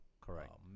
correct